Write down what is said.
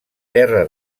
terra